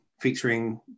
featuring